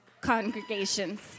congregations